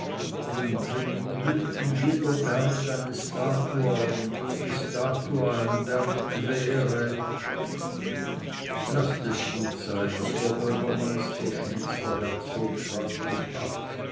und wenn in bünden jeder berg eine statua und jede statua ein berg wäre laßt es gut sein lieber bürgermeister schnitt der herzog freundlich ab